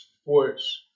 sports